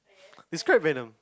describe Venom